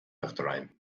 uachtaráin